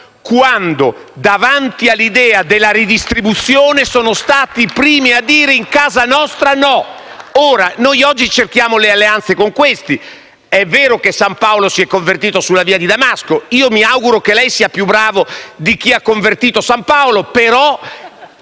quando, davanti all'idea della redistribuzione sono stati i primi a dire: «In casa nostra no». *(Applausi dal Gruppo PD).* Ora, noi oggi cerchiamo alleanze con costoro, è vero che San Paolo si è convertito sulla via di Damasco, io mi auguro che lei sia più bravo di chi ha convertito San Paolo, ma